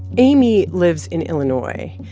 amy lives in illinois.